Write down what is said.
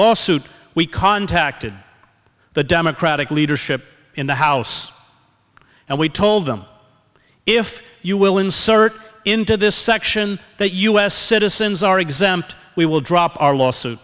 lawsuit we contacted the democratic leadership in the house and we told them if you will insert into this section that us citizens are exempt we will drop our lawsuit